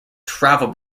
travel